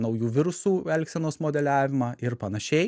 naujų virusų elgsenos modeliavimą ir panašiai